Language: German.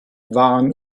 waren